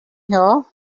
here